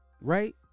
right